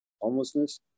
homelessness